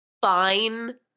fine